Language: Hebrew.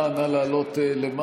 צינון, ובפירוש נתתי תקופת